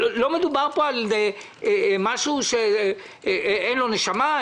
לא מדובר פה על משהו שאין לו נשמה,